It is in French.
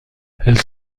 elle